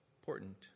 important